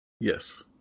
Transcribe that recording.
Yes